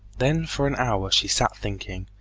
then for an hour she sat thinking,